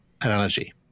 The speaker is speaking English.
analogy